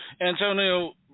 Antonio